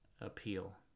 appeal